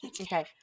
okay